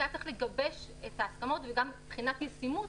כי היה צריך לגבש את ההסכמות וגם מבחינת ישימות,